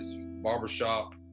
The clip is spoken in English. barbershop